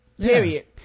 period